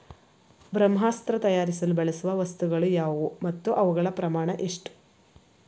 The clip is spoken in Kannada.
ಬ್ರಹ್ಮಾಸ್ತ್ರ ತಯಾರಿಸಲು ಬಳಸುವ ವಸ್ತುಗಳು ಯಾವುವು ಮತ್ತು ಅವುಗಳ ಪ್ರಮಾಣ ಎಷ್ಟು?